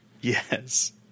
Yes